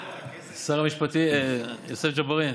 שר המשפטים, יוסף ג'בארין.